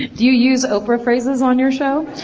do you use oprah phrases on your show.